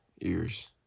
Ears